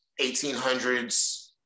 1800s